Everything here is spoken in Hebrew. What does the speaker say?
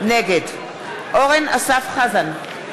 נגד אורן אסף חזן,